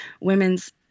women's